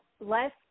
less